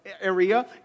area